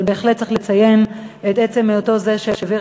אבל בהחלט צריך לציין את עצם היותו זה שהעביר